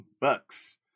Bucks